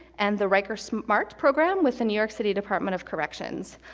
and the riker smart program with the new york city department of corrections.